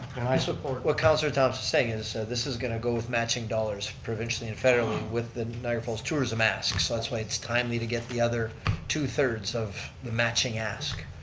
and i support what councillor thomsen is saying, is this is going to go with matching dollars provincially and federally with the niagara falls tourism ask. so that's why it's timely to get the other two thirds of the matching ask.